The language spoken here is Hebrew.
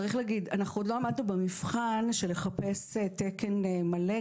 צריך להגיד: אנחנו עוד לא עמדנו במבחן של לחפש תקן מלא.